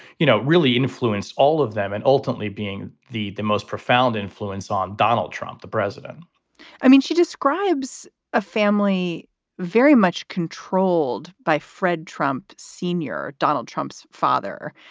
you know, really influenced all of them and ultimately being the the most profound influence on donald trump, the president i mean, she describes a family very much controlled by fred trump, senior donald trump's father.